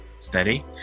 steady